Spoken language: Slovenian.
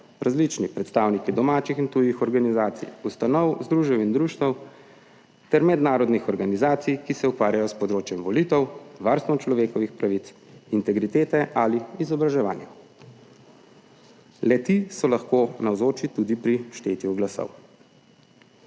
različni predstavniki domačih in tujih organizacij, ustanov, združenj in društev ter mednarodnih organizacij, ki se ukvarjajo s področjem volitev, varstvom človekovih pravic, integritete ali izobraževanja. Le ti so lahko navzoči tudi pri štetju glasov.